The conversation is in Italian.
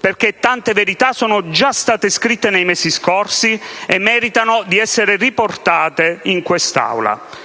perché tante verità sono già state scritte nei mesi scorsi e meritano di essere riportate in quest'Aula.